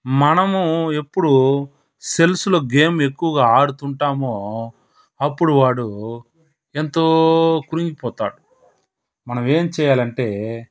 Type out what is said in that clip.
మనము ఎప్పుడూ సేల్స్లో గేమ్ ఎక్కువగా ఆడుతుంటామో అప్పుడు వాడు ఎంతో కృంగిపోతాడు మనమేంచేయాలంటే